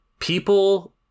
People